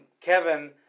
Kevin